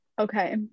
Okay